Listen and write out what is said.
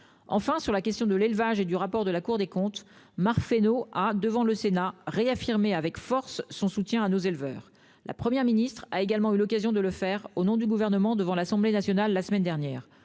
2023. Sur la question de l'élevage et du rapport de la Cour des comptes, Marc Fesneau a, devant le Sénat, réaffirmé avec force son soutien à nos éleveurs. La Première ministre a également eu l'occasion de le faire au nom du Gouvernement devant l'Assemblée nationale la semaine dernière.